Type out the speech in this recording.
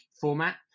format